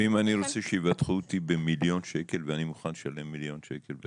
ואם אני רוצה שיבטחו אותי במיליון שקל ואני מוכן לשלם מיליון שקל?